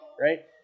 right